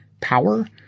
power